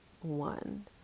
One